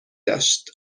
داشت